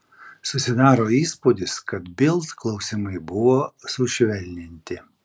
susidaro įspūdis kad bild klausimai buvo sušvelninti